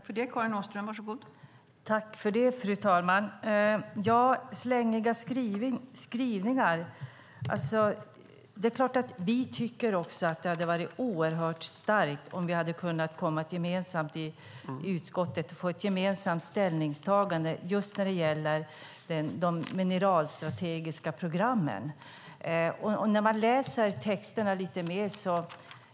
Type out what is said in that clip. Fru talman! Slängiga skrivningar, säger Mats Odell. Vi tycker också att det hade varit bra om vi i utskottet hade kunnat få ett gemensamt ställningstagande just när det gäller de mineralstrategiska programmen.